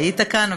היית כאן,